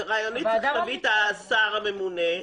רעיונית תדברי עם השר הממונה.